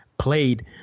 played